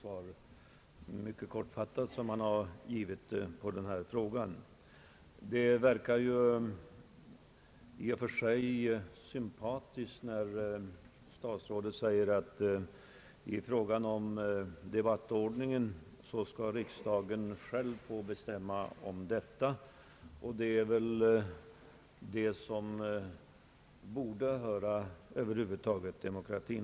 Det är ett mycket kortfattat svar statsrådet givit på min fråga, och det verkar i och för sig sympatiskt när statsrådet säger att riksdagen själv skall få bestämma sin debattordning. Det är ju på det sättet det bör gå till i en demokrati.